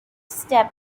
step